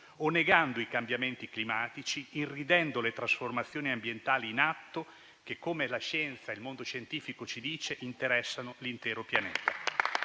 o negando i cambiamenti climatici, irridendo le trasformazioni ambientali in atto che, come la scienza e il mondo scientifico ci dicono, interessano l'intero pianeta.